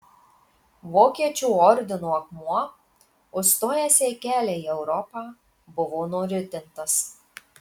vokiečių ordino akmuo užstojęs jai kelią į europą buvo nuritintas